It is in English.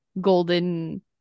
golden